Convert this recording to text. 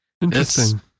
Interesting